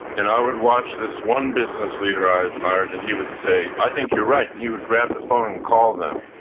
and i would watch this one business leader i admired, and he would say, i think you're right, and he would grab the phone and call them.